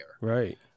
Right